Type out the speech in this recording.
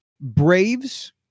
Braves